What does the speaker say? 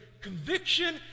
conviction